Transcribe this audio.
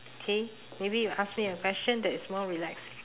okay maybe you ask me a question that is more relaxed